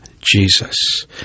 Jesus